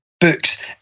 books